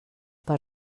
per